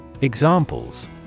Examples